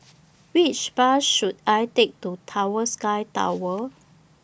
Which Bus should I Take to Tower Sky Tower